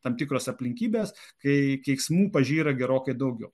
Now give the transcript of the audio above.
tam tikros aplinkybės kai keiksmų pažyra gerokai daugiau